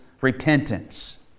repentance